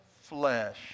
flesh